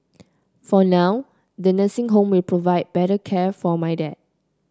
for now the nursing home will provide better care for my dad